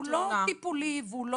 הוא לא